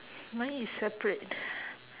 mine is separate